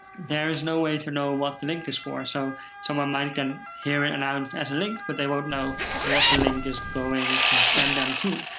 there is no way to know what the link is for. so someone can hear it and and as a link, but they won't know what the link is going to send them to.